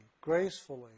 gracefully